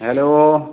hello